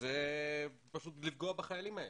זה פשוט לפגוע בחיילים האלה.